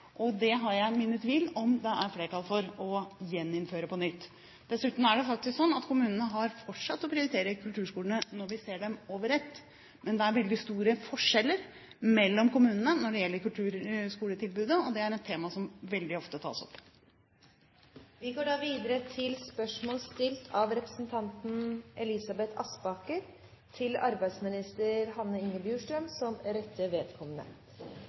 og jeg har mine tvil om det er flertall for å gjeninnføre det på nytt. Dessuten er det faktisk slik at kommunene har fortsatt med å prioritere kulturskolene når vi ser dem under ett, men det er veldig store forskjeller mellom kommunene når det gjelder kulturskoletilbudet, og det er et tema som veldig ofte tas opp. Da går vi tilbake til spørsmål 2. Dette spørsmålet, fra representanten Elisabeth Aspaker til kunnskapsministeren, vil bli besvart av arbeidsministeren som rette vedkommende.